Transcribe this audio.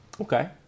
Okay